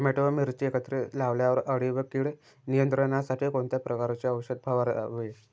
Tomato व मिरची एकत्रित लावल्यावर अळी व कीड नियंत्रणासाठी कोणत्या प्रकारचे औषध फवारावे?